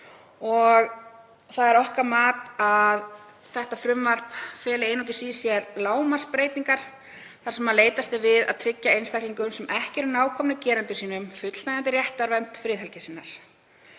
Það er okkar mat að þetta frumvarp feli einungis í sér lágmarksbreytingar þar sem leitast er við að tryggja einstaklingum, sem ekki eru nákomnir gerendum sínum, fullnægjandi réttarvernd friðhelgi sinnar.